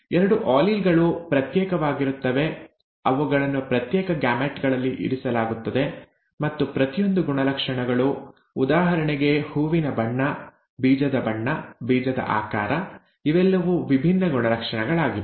ಎರಡು ಆಲೀಲ್ ಗಳು ಪ್ರತ್ಯೇಕವಾಗಿರುತ್ತವೆ ಅವುಗಳನ್ನು ಪ್ರತ್ಯೇಕ ಗ್ಯಾಮೆಟ್ ಗಳಲ್ಲಿ ಇರಿಸಲಾಗುತ್ತದೆ ಮತ್ತು ಪ್ರತಿಯೊಂದು ಗುಣಲಕ್ಷಣಗಳು ಉದಾಹರಣೆಗೆ ಹೂವಿನ ಬಣ್ಣ ಬೀಜದ ಬಣ್ಣ ಬೀಜದ ಆಕಾರ ಇವೆಲ್ಲವೂ ವಿಭಿನ್ನ ಗುಣಲಕ್ಷಣಗಳಾಗಿವೆ